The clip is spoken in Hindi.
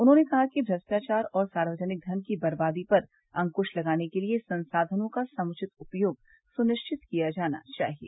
उन्होंने कहा कि भ्रष्टाचार और सार्वजनिक धन की बर्बादी पर अंक्श लगाने के लिए संसाधनों का समुचित उपयोग सुनिश्चित किया जाना चाहिए